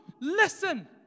listen